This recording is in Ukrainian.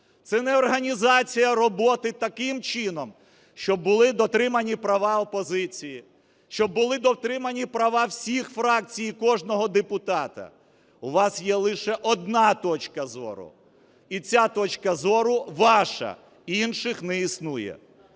це не організація роботи таким чином, щоб були дотримані права опозиції, щоб були дотримані права всіх фракцій і кожного депутата, у вас є лише одна точка зору і ця точка зору – ваша, інших не існує.